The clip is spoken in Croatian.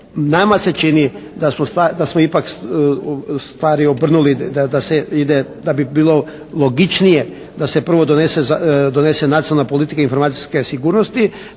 Nama se čini da smo ipak stvari obrnuli, da se ide, da bi bilo logičnije da se prvo donese nacionalna politika informacijske sigurnosti